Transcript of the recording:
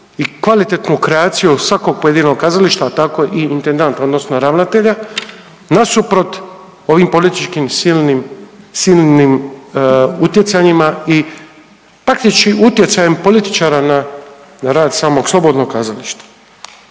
i kvalitetnu kreaciju svakog pojedinog kazališta, a tako i intendanta odnosno ravnatelja nasuprot ovim političkim silnim, silnim utjecanjima i praktički utjecajem političara na rad samog slobodnog kazališta.